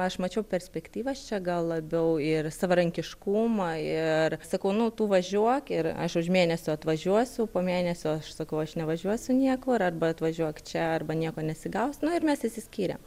aš mačiau perspektyvas čia gal labiau ir savarankiškumą ir sakau nu tu važiuok ir aš už mėnesio atvažiuosiu po mėnesio aš sakau aš nevažiuosiu niekur arba atvažiuok čia arba nieko nesigaus na ir mes išsiskyrėm